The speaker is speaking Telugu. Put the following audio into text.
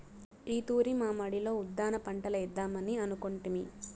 ఈ తూరి మా మడిలో ఉద్దాన పంటలేద్దామని అనుకొంటిమి